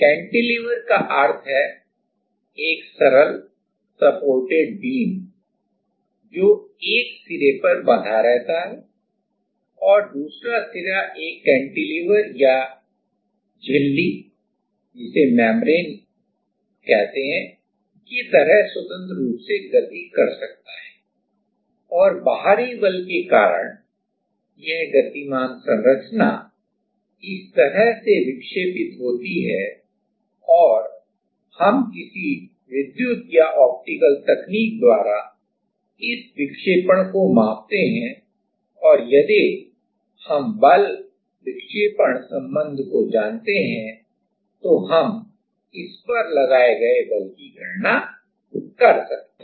cantilever का अर्थ है एक सरल सपोर्टेड बीम है जो एक सिरे पर बंधा रहता है और दूसरा सिरा एक कैंटिलीवर या झिल्ली की तरह स्वतंत्र रूप से गति कर सकता है और बाहरी बल के कारण यह गतिमान संरचना इस तरह से विक्षेपित होती है और हम किसी विद्युत या ऑप्टिकल तकनीक द्वारा विक्षेपण को मापते हैं और यदि हम बल विक्षेपण संबंध को जानते हैं तो हम इस पर लगाएं गए बल की गणना कर सकते हैं